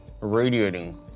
radiating